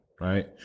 right